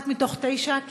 אחת מתוך תשע,